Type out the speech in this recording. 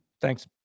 Thanks